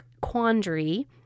quandary